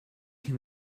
can